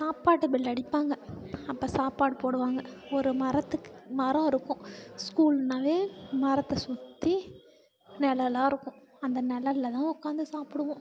சாப்பாட்டு பெல் அடிப்பாங்க அப்போ சாப்பாடு போடுவாங்க ஒரு மரத்துக்கு மரம் இருக்கும் ஸ்கூல்னாவே மரத்தை சுற்றி நெழலா இருக்கும் அந்த நெழலில்தான் உக்காந்து சாப்பிடுவோம்